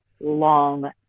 long